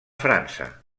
frança